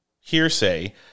hearsay